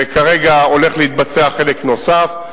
וכרגע הולך להתבצע חלק נוסף,